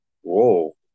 Whoa